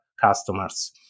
customers